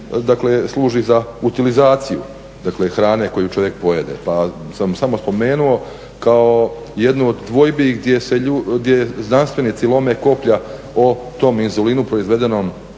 služi za utilizaciju dakle hrane koju čovjek pojede. Pa sam samo spomenuo kao jednu od dvojbi gdje se ljudi, gdje znanstvenici lome koplja o tom inzulinu proizvedenom